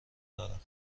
دارم